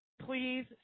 Please